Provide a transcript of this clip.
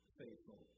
faithful